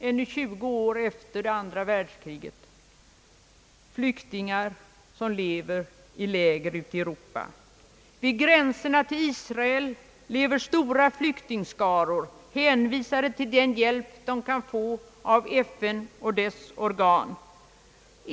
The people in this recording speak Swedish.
Ännu 20 år efter andra världskriget lever flyktingar i läger ute i Europa. Vid gränserna till Israel lever stora flyktingskaror, hänvisade till den hjälp de kan få av FN och dess organ.